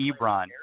Ebron